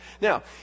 Now